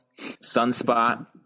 Sunspot